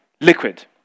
liquid